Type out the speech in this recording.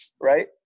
Right